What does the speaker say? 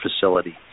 facility